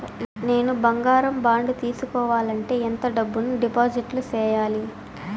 నేను బంగారం బాండు తీసుకోవాలంటే ఎంత డబ్బును డిపాజిట్లు సేయాలి?